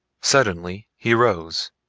suddenly he rose,